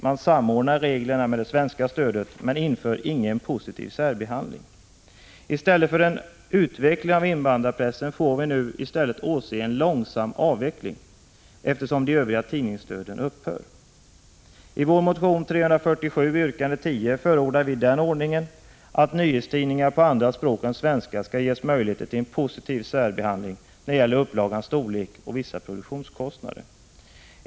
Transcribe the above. Man föreslår en samordning med stödet till svenska tidningar, men ingen positiv särbehandling. I stället för en utveckling av invandrarpressen får vi nu åse en långsam avveckling, eftersom de övriga tidningsstöden upphör. I vår motion 347 yrkande 6 förordade vi den ordningen att nyhetstidningar på andra språk än svenska skall ges möjligheter till en positiv särbehandling när det gäller upplagans storlek och vissa produktionskostnader.